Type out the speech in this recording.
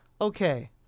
Okay